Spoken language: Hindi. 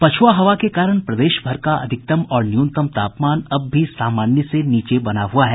पछ्आ हवा के कारण प्रदेश भर का अधिकतम और न्यूनतम तापमान अब भी सामान्य से नीचे बना हुआ है